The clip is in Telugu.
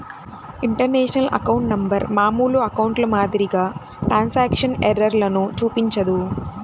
ఇంటర్నేషనల్ అకౌంట్ నంబర్ మామూలు అకౌంట్ల మాదిరిగా ట్రాన్స్క్రిప్షన్ ఎర్రర్లను చూపించదు